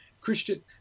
Christian